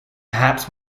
perhaps